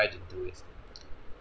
I didn't do it